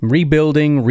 Rebuilding